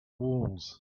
walls